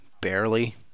barely